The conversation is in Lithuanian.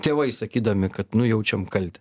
tėvai sakydami kad nu jaučiam kaltę